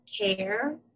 care